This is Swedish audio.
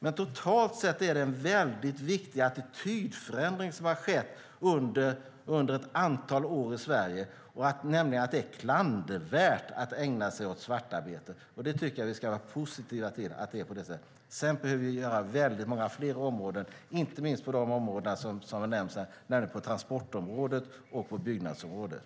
Men totalt sett är det en väldigt viktig attitydförändring som har skett under ett antal år i Sverige, nämligen att det är klandervärt att ägna sig åt svartarbete. Vi ska vara positiva till att det är på det sättet. Sedan behöver vi göra saker på väldigt många fler områden. Det gäller inte minst de områden som har nämnts här, nämligen transportområdet och byggnadsområdet.